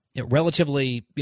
relatively